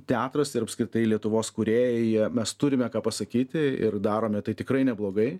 teatras ir apskritai lietuvos kūrėjai jie mes turime ką pasakyti ir darome tai tikrai neblogai